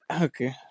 Okay